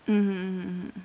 mm mm mm